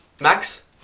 Max